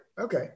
Okay